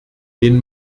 den